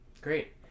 Great